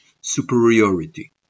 superiority